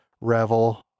Revel